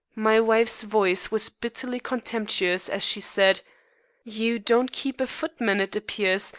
my wife's voice was bitterly contemptuous as she said you don't keep a footman, it appears,